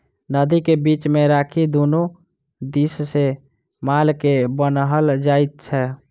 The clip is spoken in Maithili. नादि के बीच मे राखि दुनू दिस सॅ माल के बान्हल जाइत छै